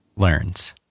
learns